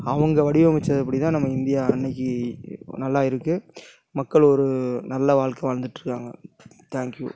அவங்க வடிவமைச்சதுப்படி தான் நம்ம இந்தியா இன்றைக்கு நல்லா இருக்குது மக்கள் ஒரு நல்ல வாழ்க்கை வாழ்ந்துகிட்டுருக்காங்க தேங்க் யூ